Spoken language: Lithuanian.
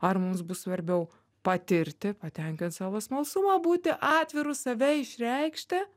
ar mums bus svarbiau patirti patenkint savo smalsumą būti atviru save išreikšti